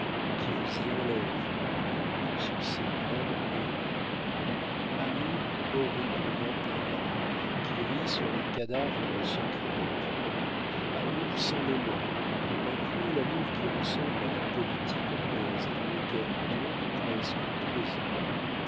ou qui vous y enlève en croupe sur ses reins ailés amour horriblement ingrat qui rit sur les cadavres de ceux qu'il tue amour sans mémoire un cruel amour qui ressemble à la politique anglaise et dans lequel tombent presque tous les hommes